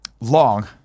long